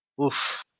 oof